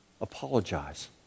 apologize